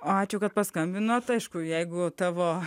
ačiū kad paskambinot aišku jeigu tavo